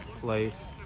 place